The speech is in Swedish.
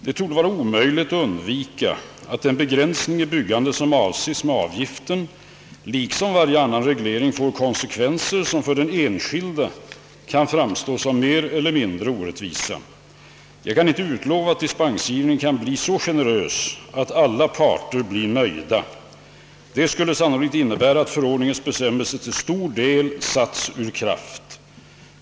Det torde vara omöjligt att undvika att den begränsning i byggandet som avses med avgiften liksom varje annan reglering får konsekvenser som för den enskilde kan framstå som mer eller mindre orättvisa. Jag kan inte utlova att dispensgivningen kan bli så generös att alla berörda parter blir nöjda. Det skulle sannolikt innebära att förordningens bestämmelser till stor del sattes ur kraft.